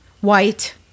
White